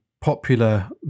popular